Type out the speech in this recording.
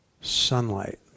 sunlight